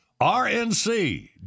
rnc